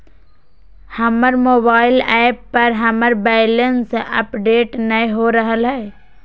हमर mobile app पर हमर बैलेंस अपडेट नय हो रहलय हें